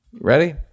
ready